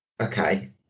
Okay